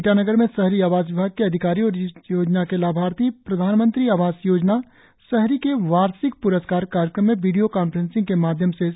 ईटानगर में शहरी आवास विभाग के अधिकारी और इस योजना के लाभार्थी प्रधानमंत्री आवास योजना शहरी के वार्षिक पुरस्कार कार्यक्रम में वीडियों कांफ्रेसिंग के माध्यम से शामिल हए